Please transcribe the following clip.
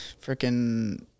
freaking